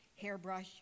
hairbrush